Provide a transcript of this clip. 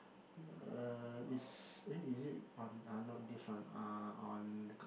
uh it's eh is it on oh not this one uh on Nicholas